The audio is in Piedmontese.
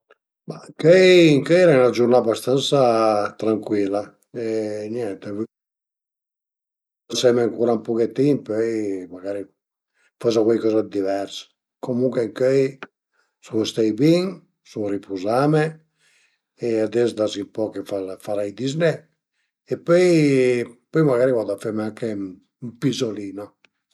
Ëncöi ëncöi al e 'na giurnà bastansa trancuila e niente vöi rilaseme ancura ün puchetin pöi magari fazu cuaicoza dë divers, comuncue ëncöi sun stait bin, sun ripuzame e ades da si a ën poch farai dizné e pöi pöi magari vadu a feme anche ün pizolino